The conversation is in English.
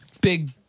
big